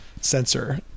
sensor